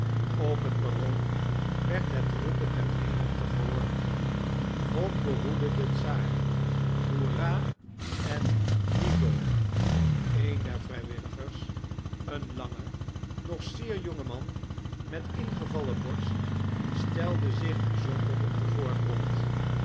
op het perron werd het roepen der menigte gehoord god behoede den czaar hoera en jivo een der vrijwilligers een lange nog zeer jonge man met ingevallen borst stelde zich bizonder op den voorgrond